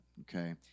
okay